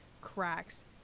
cracks